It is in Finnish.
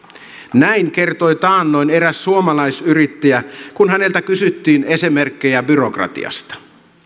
näin kertoi taannoin eräs suomalaisyrittäjä kun häneltä kysyttiin esimerkkejä byrokratiasta